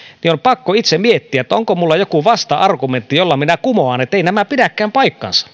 silloin on pakko itse miettiä onko minulla joku vasta argumentti jolla minä kumoan että eivät nämä pidäkään paikkaansa